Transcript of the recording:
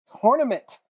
tournament